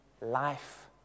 life